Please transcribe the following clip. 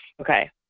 Okay